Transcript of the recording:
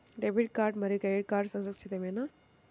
Debit card మరియు credit card సురక్షితమేనా?